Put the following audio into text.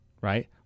Right